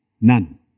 None